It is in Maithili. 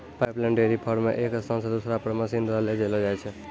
पाइपलाइन डेयरी फार्म मे एक स्थान से दुसरा पर मशीन द्वारा ले जैलो जाय छै